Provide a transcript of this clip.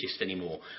anymore